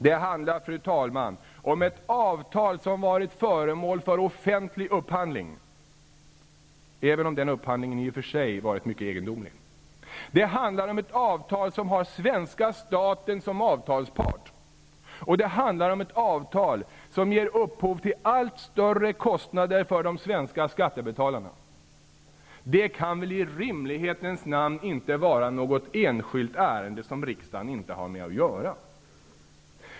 Det handlar, fru talman, om ett avtal som varit föremål för offentlig upphandling -- även om den upphandlingen i och för sig varit mycket egendomlig --, det handlar om ett avtal som har svenska staten som avtalspart, och det handlar om ett avtal som ger upphov till allt större kostnader för de svenska skattebetalarna. Det kan väl i rimlighetens namn inte vara något enskilt ärende som riksdagen inte har att göra med.